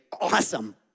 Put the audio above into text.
awesome